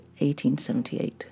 1878